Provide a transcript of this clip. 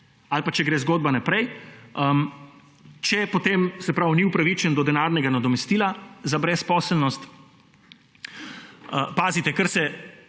Ali pa če gre zgodba naprej, če ni upravičen do denarnega nadomestila za brezposelnost – pazite! –, kar se